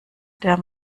der